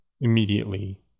immediately